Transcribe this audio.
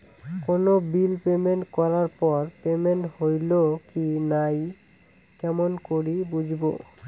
কোনো bill payment করার পর পেমেন্ট হইল কি নাই কেমন করি বুঝবো?